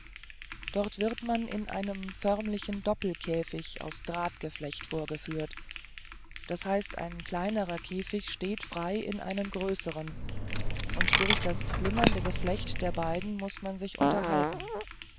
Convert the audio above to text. dort wird man in einem förmlichen doppelkäfig aus drahtgeflecht vorgeführt d h ein kleinerer käfig steht frei in einem größeren und durch das flimmernde geflecht der beiden muß man sich unterhalten